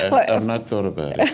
i've not thought about it